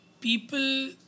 People